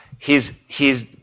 he's, he's,